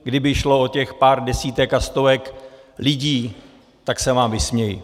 Kdyby šlo o těch pár desítek a stovek lidí, tak se vám vysměji.